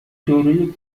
دارای